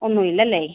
ഒന്നും ഇല്ല അല്ലേ